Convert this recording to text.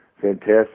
Fantastic